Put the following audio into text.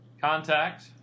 Contact